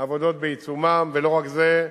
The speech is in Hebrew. העבודות בעיצומן, ולא רק זה,